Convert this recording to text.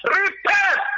repent